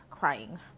Crying